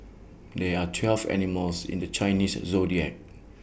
there are twelve animals in the Chinese Zodiac